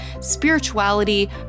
spirituality